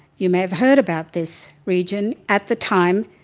you may have heard about this region. at the time,